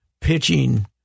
pitching